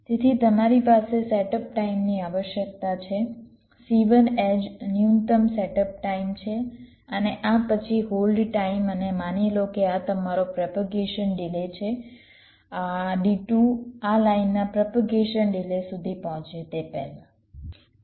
તેથી તમારી પાસે સેટઅપ ટાઈમની આવશ્યકતા છે C1 એડ્જ ન્યૂનતમ સેટઅપ ટાઇમ છે અને આ પછી હોલ્ડ ટાઇમ અને માનો કે આ તમારો પ્રોપેગેશન ડિલે છે D2 આ લાઇનના પ્રોપેગેશન ડિલે સુધી પહોંચે તે પહેલાં